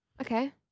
Okay